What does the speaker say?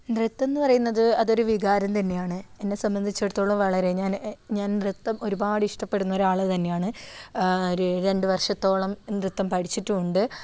നൃത്തംന്ന് പറയുന്നത് അതൊരു വികാരം തന്നെയാണ് എന്നെ സംബന്ധിച്ചിടത്തോളം വളരെ ഞാൻ നൃത്തം ഒരുപാട് ഇഷ്ടപ്പെടുന്ന ഒരാളു തന്നെയാണ് ഒരു രണ്ടു വർഷത്തോളം നൃത്തം പഠിച്ചിട്ടുമുണ്ട്